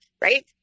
right